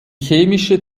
chemische